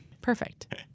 Perfect